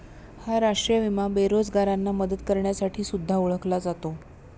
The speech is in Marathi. हा राष्ट्रीय विमा बेरोजगारांना मदत करण्यासाठी सुद्धा ओळखला जातो